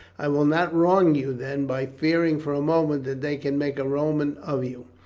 i will not wrong you then by fearing for a moment that they can make a roman of you.